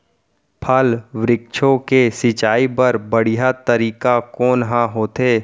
फल, वृक्षों के सिंचाई बर बढ़िया तरीका कोन ह होथे?